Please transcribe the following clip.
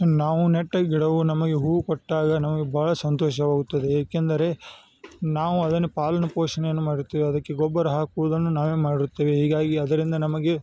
ನಾವು ನೆಟ್ಟ ಗಿಡವು ನಮಗೆ ಹೂವು ಕೊಟ್ಟಾಗ ನಮ್ಗೆ ಭಾಳ ಸಂತೋಷವಾಗುತ್ತದೆ ಏಕೆಂದರೆ ನಾವು ಅದನ್ನು ಪಾಲನೆ ಪೋಷಣೆಯನ್ನು ಮಾಡುತ್ತೇವೆ ಅದಕ್ಕೆ ಗೊಬ್ಬರ ಹಾಕುವುದನ್ನು ನಾವೇ ಮಾಡಿರುತ್ತೇವೆ ಹೀಗಾಗಿ ಅದರಿಂದ ನಮಗೆ